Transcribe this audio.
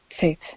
faith